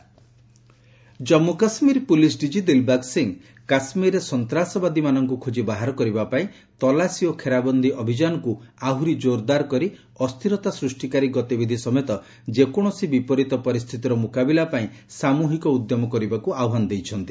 JK DGP Jammu ଓ କାଶ୍ମୀରର police DG Dilbag Singh କାଶ୍ମୀରରେ ସନ୍ତାସବାଦୀମାନଙ୍କୁ ଖୋଜି ବାହାର କରିବା ପାଇଁ ତଲାସୀ ଓ ଘେରାବନ୍ଦୀ ଅଭିଯାନକୁ ଆହୁରି କ୍ଜୋର୍ଦାର କରି ଅସ୍ଥିରତା ସୃଷ୍ଟିକାରୀ ଗତିବିଧି ସମେତ ଯେକୌଣସି ବିପରୀତ ପରିସ୍ଥିତିର ମୁକାବିଲା ପାଇଁ ସାମୁହିକ ଉଦ୍ୟମ କରିବାକୁ ଆହ୍ପାନ କରିଛନ୍ତି